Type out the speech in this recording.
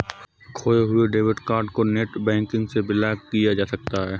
खोये हुए debit card को नेटबैंकिंग से ब्लॉक किया जा सकता है